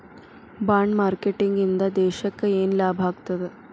Bond marketing ಇಂದಾ ದೇಶಕ್ಕ ಯೆನ್ ಲಾಭಾಗ್ತದ?